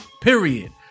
Period